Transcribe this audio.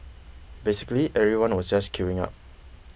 basically everyone was just queuing up